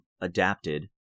adapted